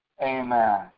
Amen